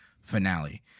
finale